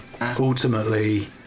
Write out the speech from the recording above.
ultimately